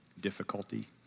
difficulty